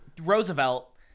roosevelt